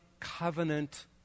covenant